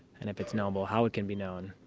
and if it's knowable how it can be known.